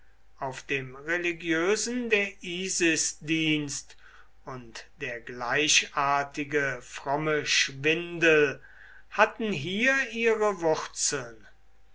auf dem religiösen der isisdienst und der gleichartige fromme schwindel hatten hier ihre wurzeln